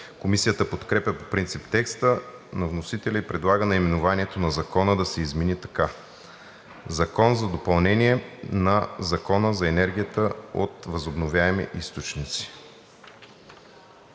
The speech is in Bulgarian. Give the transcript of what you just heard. Комисията подкрепя по принцип текста на вносителя и предлага наименованието на Закона да се измени така: „Закон за допълнение на Закона за енергията от възобновяеми източници“.